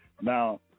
Now